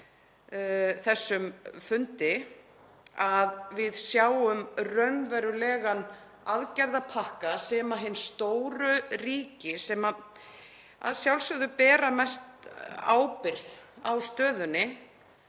þessum fundi, að við sjáum raunverulegan aðgerðapakka sem hin stóru ríki, sem bera að sjálfsögðu mesta ábyrgð á stöðunni,